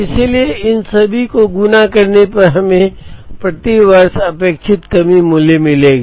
इसलिए इन सभी गुणा होने पर हमें प्रति वर्ष अपेक्षित कमी मूल्य मिलेगी